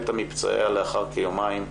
מתה מפצעיה לאחר כיומיים.